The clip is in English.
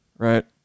Right